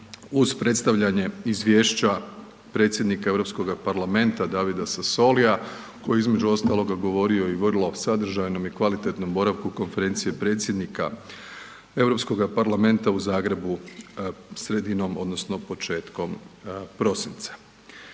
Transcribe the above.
uz predstavljanje izvješća predsjednika Europskog parlamenta Davida Sassolia koji je između ostaloga govorio i vrlo sadržajnom i kvalitetnom boravku konferencije predsjednika Europskoga parlamenta u Zagrebu sredinom odnosno početkom prosinca.